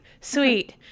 sweet